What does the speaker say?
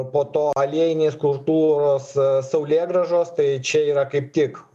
po to aliejinės kultūros saulėgrąžos tai čia yra kaip tik